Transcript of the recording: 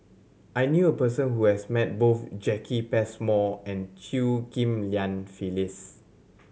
I knew a person who has met both Jacki Passmore and Chew Ghim Lian Phyllis